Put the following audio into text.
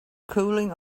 cooling